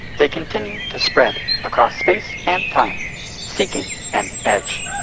they continue to spread across space and time seeking an edge,